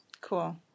Cool